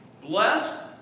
blessed